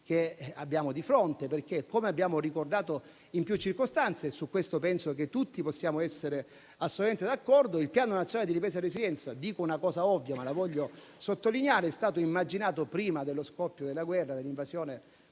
che abbiamo di fronte. Come abbiamo ricordato in più circostanze - su questo penso che tutti possiamo essere assolutamente d'accordo - il Piano nazionale di ripresa e resilienza (dico una cosa ovvia, ma la voglio sottolineare) è stato immaginato prima dell'invasione dell'Ucraina